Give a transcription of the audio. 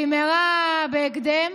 מה שנקרא, במהרה בהקדם.